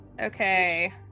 Okay